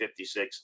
56